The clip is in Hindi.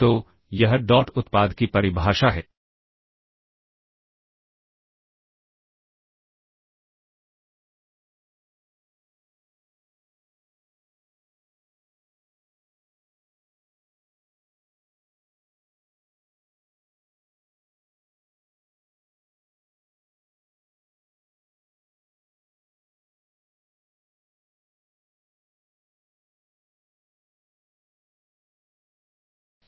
तो यह डॉट उत्पाद की परिभाषा है